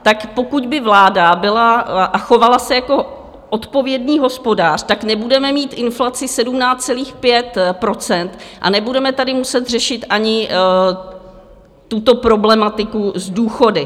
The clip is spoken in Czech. Tak pokud by vláda byla a chovala se jako odpovědný hospodář, tak nebudeme mít inflaci 17,5 % a nebudeme tady muset řešit ani tuto problematiku s důchody.